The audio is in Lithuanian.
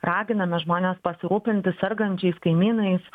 raginame žmones pasirūpinti sergančiais kaimynais